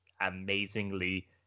amazingly